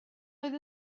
oedd